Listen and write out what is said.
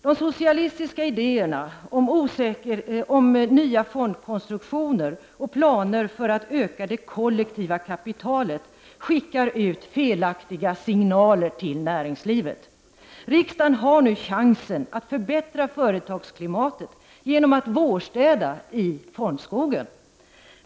De socialistiska idéerna om nya fondkonstruktioner och planer för att öka det kollektiva kapitalet skickar ut felaktiga signaler till näringslivet. Riksdagen har nu chansen att förbättra företagsklimatet genom att vårstäda i fondskogen.